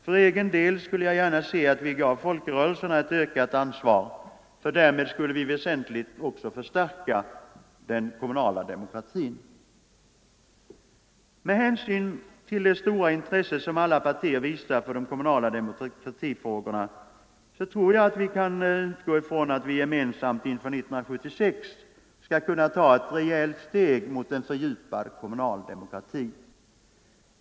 För egen del skulle jag gärna se att vi gav folkrörelserna ett ökat ansvar, för därmed skulle vi väsentligt också förstärka den kommunala demokratin. Med hänsyn till det stora intresse som alla partier visar för de kommunala demokratifrågorna tror jag att vi kan utgå ifrån att vi gemensamt inför 1976 skall kunna ta ett rejält steg mot en fördjupad kommunal demokrati.